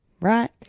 right